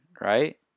right